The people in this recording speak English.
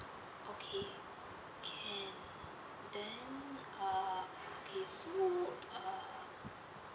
okay can then uh okay so uh